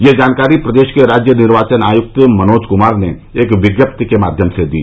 यह जानकारी प्रदेश के राज्य निर्वाचन आयुक्त मनोज कुमार ने एक विज्ञप्ति के माध्यम से दी